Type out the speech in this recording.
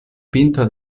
pinto